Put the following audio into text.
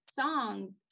song